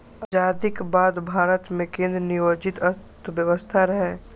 आजादीक बाद भारत मे केंद्र नियोजित अर्थव्यवस्था रहै